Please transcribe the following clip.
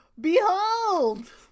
Behold